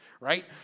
right